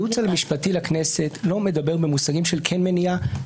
הייעוץ המשפטי לכנסת לא מדבר במושגים של כן מניעה.